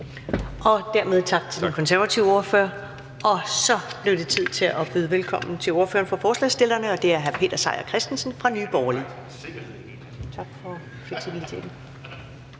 Dermed tak til den konservative ordfører. Så blev det tid til at byde velkommen til ordføreren for forslagsstillerne, og det er hr. Peter Seier Christensen fra Nye Borgerlige. Kl. 13:26 (Ordfører